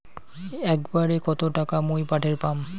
একবারে কত টাকা মুই পাঠের পাম?